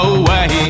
away